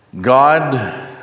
God